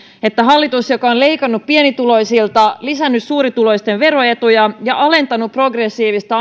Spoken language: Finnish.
että hallitus joka on leikannut pienituloisilta lisännyt suurituloisten veroetuja ja alentanut progressiivista